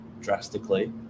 drastically